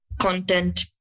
content